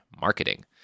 marketing